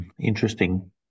Interesting